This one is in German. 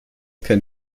kein